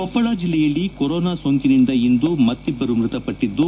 ಕೊಪ್ಪಳ ಜಲ್ಲೆಯಲ್ಲಿ ಕೊರೋನಾ ಸೋಂಕಿನಿಂದ ಇಂದು ಮತ್ತಿಬ್ಬರು ಮೃತಪಟ್ಟದ್ದು